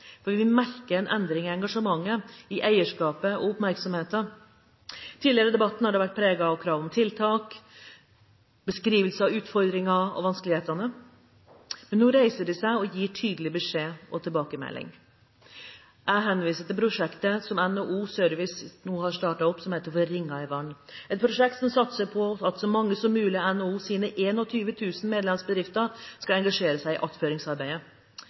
Vi merker en endring i engasjementet, i eierskapet og i oppmerksomheten. Tidligere har debatten vært preget av krav om tiltak, beskrivelse av utfordringen og vanskelighetene, men nå reiser man seg opp og gir tydelig beskjed og tilbakemelding. Jeg henviser til prosjektet som NHO Service nå har startet opp, som heter Ringer i vannet, et prosjekt som satser på at så mange som mulig av NHOs 21 000 medlemsbedrifter skal engasjere seg i